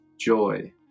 joy